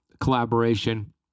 collaboration